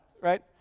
right